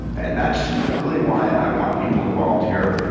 and that's really why i want people involved here.